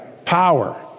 Power